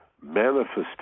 manifestation